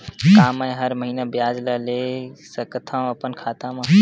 का मैं हर महीना ब्याज ला ले सकथव अपन खाता मा?